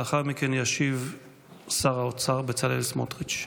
לאחר מכן ישיב שר האוצר בצלאל סמוטריץ'.